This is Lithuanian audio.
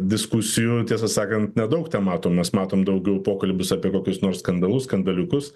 diskusijų tiesą sakant nedaug tematom mes matom daugiau pokalbius apie kokius nors skandalus skandaliukus